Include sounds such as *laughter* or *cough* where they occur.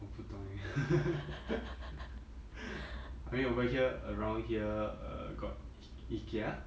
我不懂 eh *laughs* I mean over here around here err got i~ ikea